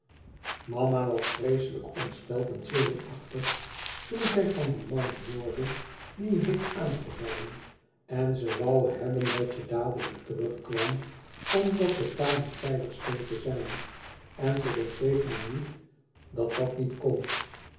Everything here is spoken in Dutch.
mama was vreeslijk ontsteld en zenuwachtig toen zij van dien man hoorde die je heeft aangevallen en ze woû hebben dat je dadelijk terugkwam omdat het daar niet veilig scheen te zijn en ze begreep maar niet dat dat niet kon